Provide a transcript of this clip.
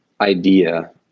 idea